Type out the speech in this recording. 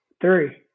Three